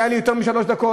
אם היו לי יותר משלוש דקות,